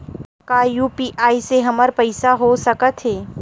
का यू.पी.आई से हमर पईसा हो सकत हे?